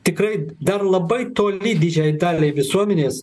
tikrai dar labai toli didžiajai daliai visuomenės